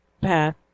path